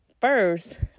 first